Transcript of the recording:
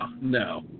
No